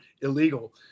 illegal